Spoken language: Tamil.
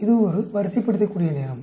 இது ஒரு வரிசைப்படுத்தக்கூடிய நேரம்